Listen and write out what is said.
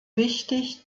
wichtig